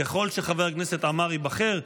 ככל שחבר הכנסת עמאר ייבחר,